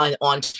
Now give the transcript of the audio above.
on